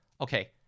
Okay